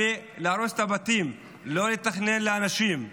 לא לתכנן לאנשים.